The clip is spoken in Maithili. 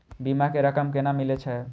बीमा के रकम केना मिले छै?